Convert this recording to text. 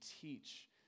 teach